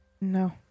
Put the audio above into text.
No